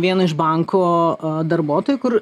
vienu iš banko darbuotojų kur